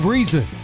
Reason